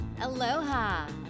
Aloha